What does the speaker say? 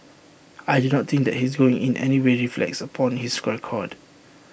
I do not think that his going in anyway reflects upon his record